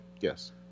Yes